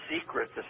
secret